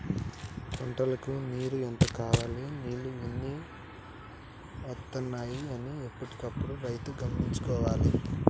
పంటలకు నీరు ఎంత కావాలె నీళ్లు ఎన్ని వత్తనాయి అన్ని ఎప్పటికప్పుడు రైతు గమనించుకోవాలె